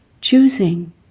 choosing